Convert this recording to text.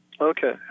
Okay